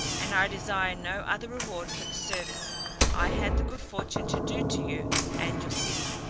and i desire no other reward for the service i had the good fortune to do to you and your city,